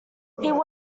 went